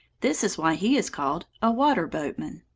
this is why he is called a water-boatman.